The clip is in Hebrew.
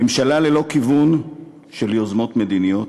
ממשלה ללא כיוון של יוזמות מדיניות,